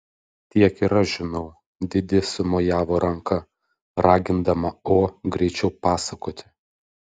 tiek ir aš žinau didi sumojavo ranka ragindama o greičiau pasakoti